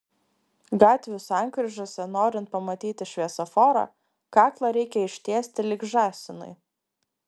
gatvių sankryžose norint pamatyti šviesoforą kaklą reikia ištiesti lyg žąsinui